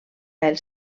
els